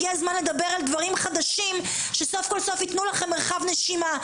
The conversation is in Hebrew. הגיע הזמן לדבר על דברים חדשים שסוף כל סוף ייתנו לכם מרחב נשימה.